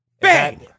bang